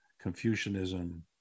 Confucianism